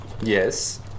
Yes